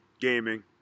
Gaming